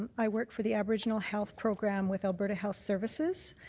i work for the aboriginal health program with alberta health services.